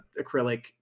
acrylic